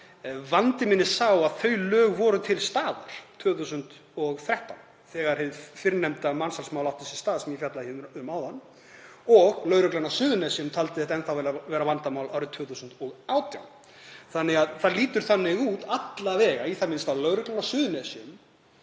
Vandi minn er sá að þau lög voru til staðar 2013 þegar mansalsmálið átti sér stað sem ég fjallaði um áðan. Lögreglan á Suðurnesjum taldi þetta enn þá vera vandamál árið 2018 svo að það lítur þannig út að í það minnsta lögreglan á Suðurnesjum